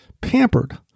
pampered